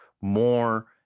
more